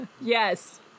Yes